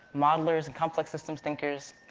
modelers, and complex systems thinkers,